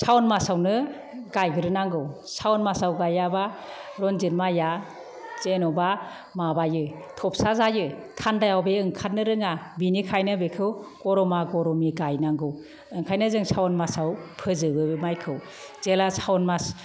सावन मासावनो गायग्रो नांगौ सावन मासाव गाइयाबा रनजित माइया जेनबा माबायो थबसा जायो थानदायाव बे ओंखारनो रोङा बेनिखायनो बेखौ गरमा गरमि गायनांगौ ओंखायनो जों सावन मासाव फोजोबो बे माइखौ जेला सावन मास